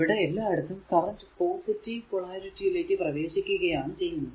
ഇവിടെ എല്ലായിടത്തും current positive പൊളാരിറ്റിയിലേക്കു പ്രവേശിക്കുകയാണ് ചെയ്യുന്നത്